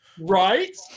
right